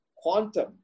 Quantum